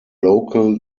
local